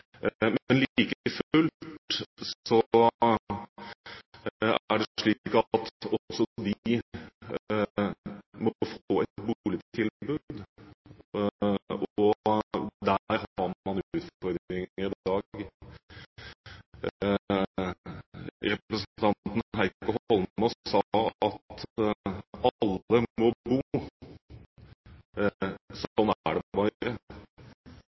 men like fullt er det slik at også de må få et boligtilbud. Der har man utfordringer i dag. Representanten Heikki Holmås sa at alle må bo,